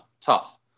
Tough